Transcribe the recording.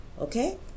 Okay